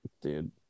dude